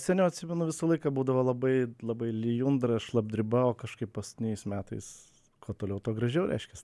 seniau atsimenu visą laiką būdavo labai labai lijundra šlapdriba o kažkaip paskutiniais metais kuo toliau tuo gražiau reiškias